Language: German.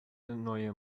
neue